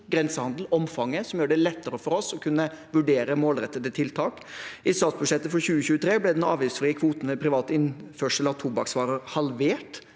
grensehandelen og gjør det lettere for oss å kunne vurdere målrettede tiltak. I statsbudsjettet for 2023 ble den avgiftsfrie kvoten ved privat innførsel av tobakksvarer halvert.